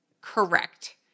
correct